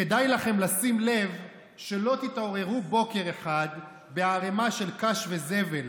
כדאי לכם לשים לב שלא תתעוררו יום אחד בערימה של קש וזבל